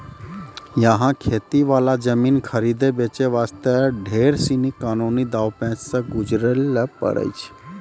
यहाँ खेती वाला जमीन खरीदै बेचे वास्ते ढेर सीनी कानूनी दांव पेंच सॅ गुजरै ल पड़ै छै